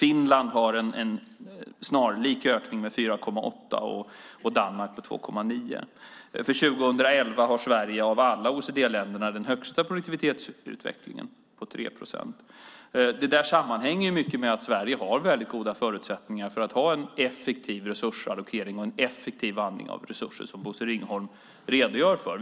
Finland har en snarlik ökning med 4,8 procent och Danmark med 2,9 procent. För 2011 har Sverige den högsta produktivitetsutvecklingen av alla OECD-länderna - 3 procent. Detta sammanhänger mycket med att Sverige har väldigt goda förutsättningar för att ha en effektiv resursallokering och en effektiv användning av resurser, vilket Bosse Ringholm redogör för.